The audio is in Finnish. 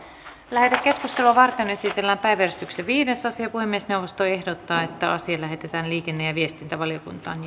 lähetekeskustelua varten esitellään päiväjärjestyksen viides asia puhemiesneuvosto ehdottaa että asia lähetetään liikenne ja viestintävaliokuntaan